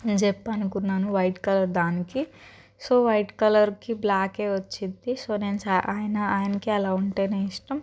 నేను చెప్పి అనుకున్నాను వైట్ కలర్ దానికి సో వైట్ కలర్కి బ్లాకే వచ్చిద్ది సో నేను చా ఆయన ఆయనకి అలా ఉంటేనే ఇష్టం